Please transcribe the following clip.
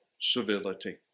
civility